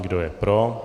Kdo je pro?